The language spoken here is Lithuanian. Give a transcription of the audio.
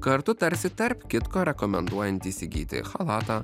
kartu tarsi tarp kitko rekomenduojant įsigyti chalatą